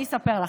אני אספר לכם.